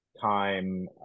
time